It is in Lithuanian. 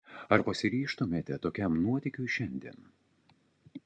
ar pasiryžtumėte tokiam nuotykiui šiandien